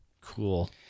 Cool